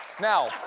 Now